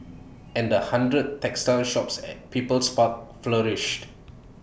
and the hundred textile shops at people's park flourished